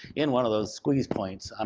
in one of those squeeze points. um